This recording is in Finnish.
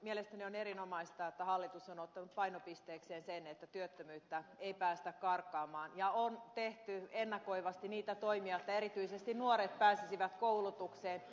mielestäni on erinomaista että hallitus on ottanut painopisteekseen sen että työttömyyttä ei päästetä karkaamaan ja on tehty ennakoivasti niitä toimia että erityisesti nuoret pääsisivät koulutukseen